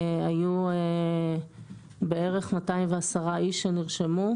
היו בערך 210 איש שנרשמו,